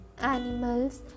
animals